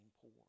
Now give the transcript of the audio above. poor